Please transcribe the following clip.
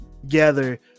together